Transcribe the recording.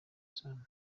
sano